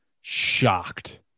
shocked